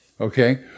Okay